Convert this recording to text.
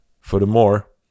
Furthermore